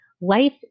Life